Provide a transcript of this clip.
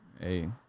Hey